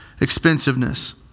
expensiveness